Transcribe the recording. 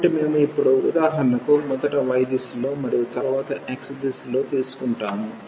కాబట్టి మేము ఇప్పుడు ఉదాహరణకు మొదట y దిశలో మరియు తరువాత x దిశలో తీసుకుంటాము